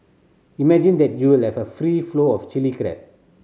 imagine that you'll a free flow of Chilli Crab